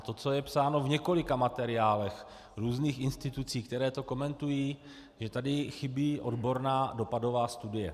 To, co je psáno v několika materiálech v různých institucích, které to komentují, že tady chybí odborná dopadová studie.